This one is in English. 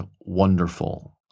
wonderful